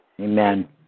Amen